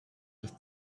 with